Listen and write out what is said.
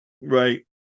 Right